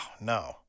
no